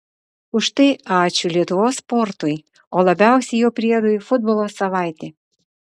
už tai ačiū lietuvos sportui o labiausiai jo priedui futbolo savaitė